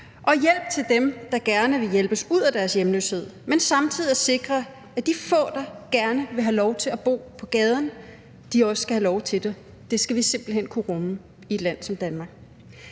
og hjælp til dem, der gerne vil hjælpes ud af deres hjemløshed, men samtidig sikre, at de få, der gerne vil have lov til at bo på gaden, også skal have lov til det. Det skal vi simpelt hen kunne rumme i et land som Danmark.